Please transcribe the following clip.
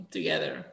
together